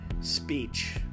speech